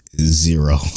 zero